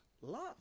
love